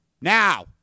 Now